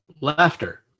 laughter